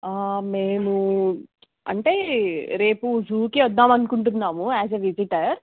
మేము అంటే రేపు జూకి వద్దామనుకుంటున్నాము యాజ్ ఎ విజిటర్